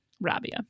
Rabia